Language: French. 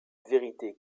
vérité